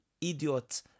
idiot